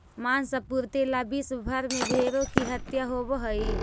माँस आपूर्ति ला विश्व भर में भेंड़ों की हत्या होवअ हई